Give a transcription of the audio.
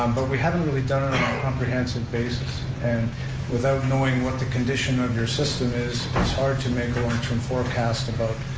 um but we haven't really done it on a comprehensive basis and without knowing what the condition of your system is, it's hard to make a longterm forecast about